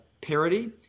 Parity